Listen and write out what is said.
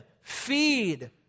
feed